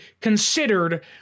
considered